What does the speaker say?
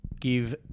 give